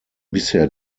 bisher